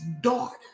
daughter